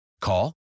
Call